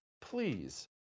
Please